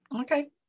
Okay